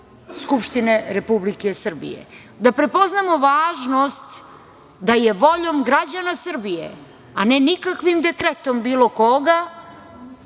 Skupštine Republike Srbije, da prepoznamo važnost da je voljom građana Srbije, a ne nikakvim dekretom bilo koga